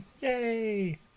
Yay